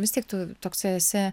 vis tiek tu toksai esi